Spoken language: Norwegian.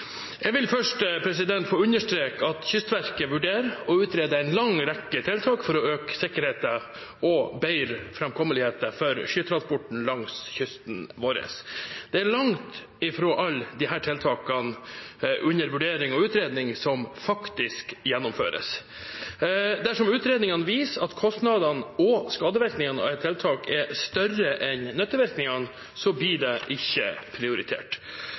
Jeg vil først få understreke at Kystverket vurderer og utreder en lang rekke tiltak for å øke sikkerheten og bedre framkommeligheten for sjøtransporten langs kysten vår. Det er langt fra alle disse tiltakene under vurdering og utredning som faktisk gjennomføres. Dersom utredningene viser at kostnadene og skadevirkningene av et tiltak er større enn nyttevirkningene, blir det ikke prioritert.